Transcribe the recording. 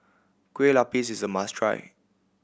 Kueh Lapis is a must try